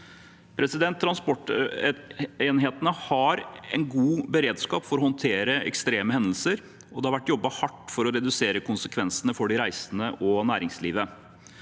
Transportenhetene har en god beredskap for å håndtere ekstreme hendelser, og det har vært jobbet hardt for å redusere konsekvensene for de reisende og næringslivet.